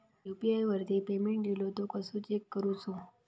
UPI वरती payment इलो तो कसो चेक करुचो?